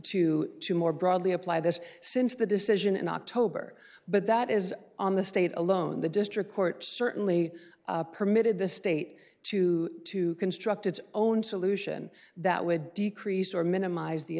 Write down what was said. to two more broadly apply this since the decision in october but that is on the state alone the district court certainly permitted the state to to construct its own solution that would decrease or minimize the